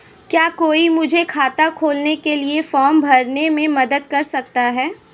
क्या कोई मुझे खाता खोलने के लिए फॉर्म भरने में मदद कर सकता है?